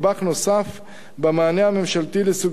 טיוטת החוק נדבך נוסף במענה הממשלתי לסוגיות